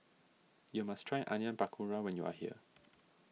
you must try Onion Pakora when you are here